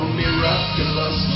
miraculous